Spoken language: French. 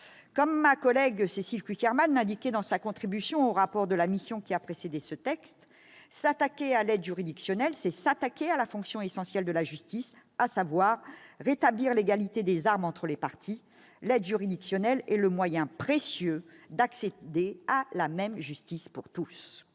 Comme ma collègue Cécile Cukierman l'indiquait dans sa contribution au rapport de la mission qui a précédé ce texte, s'attaquer à l'aide juridictionnelle, c'est s'attaquer à la fonction essentielle de la justice, qui est de rétablir l'égalité des armes entre les parties. L'aide juridictionnelle est le moyen précieux d'accéder à la même justice pour tous.